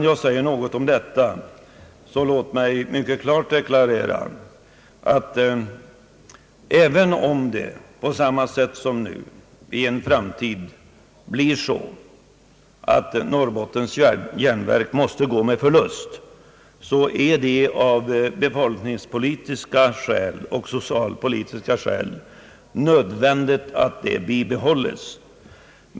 Först vill jag mycket klart deklarera att även om detta järnverk i en framtid måste gå med förlust på samma sätt som nu, är det av befolkningsoch socialpolitiska skäl nödvändigt att järnverket bibehålles.